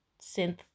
synth